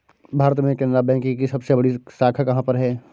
भारत में केनरा बैंक की सबसे बड़ी शाखा कहाँ पर है?